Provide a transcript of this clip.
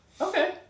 Okay